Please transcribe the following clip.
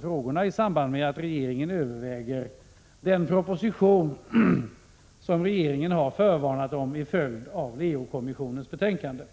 frågorna i samband med sitt arbete med den proposition som regeringen har förvarnat om till följd av Leokommissionens betänkande.